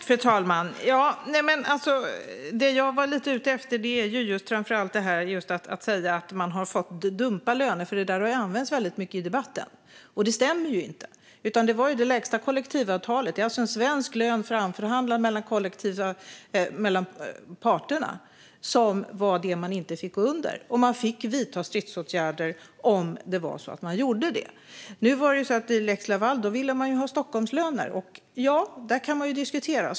Fru talman! Jag var ute efter frågan om att dumpa löner. Det argumentet har använts mycket i debatten. Och det stämmer inte. Det var ju fråga om de lägsta kollektivavtalsvillkoren. Det är alltså fråga om en svensk lön framförhandlad mellan parterna. Det var den man inte fick gå under, och det var tillåtet att vidta stridsåtgärder om man gick under. I frågan om lex Laval ville man ha Stockholmslöner. Det kan diskuteras.